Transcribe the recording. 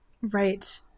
right